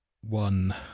one